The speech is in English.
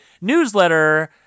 newsletter